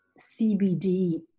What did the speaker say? CBD